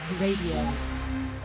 Radio